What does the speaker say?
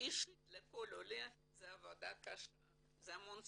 אישית לכל עולה זו עבודה קשה, זה המון סבלנות,